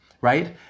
right